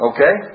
Okay